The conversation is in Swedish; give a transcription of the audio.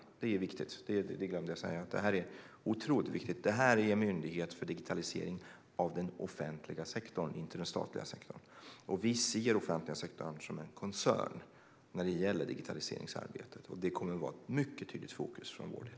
Det är otroligt viktigt. Det här är en myndighet för digitalisering av den offentliga sektorn, inte av den statliga sektorn. Vi ser den offentliga sektorn som en koncern när det gäller digitaliseringsarbetet, och det kommer att vara ett mycket tydligt fokus för vår del.